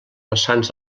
vessants